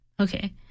Okay